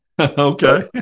Okay